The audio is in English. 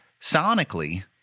Sonically